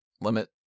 limit